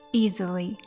easily